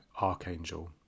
archangel